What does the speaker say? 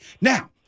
Now